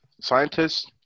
scientists